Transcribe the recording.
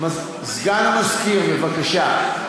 סגן מזכיר, בבקשה.